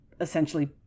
essentially